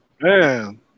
man